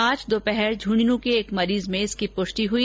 आज दोपहर में झन्झनूं के एक मरीज में इसकी पुष्टि हई